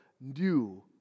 new